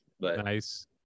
Nice